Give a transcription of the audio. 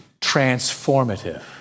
transformative